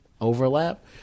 overlap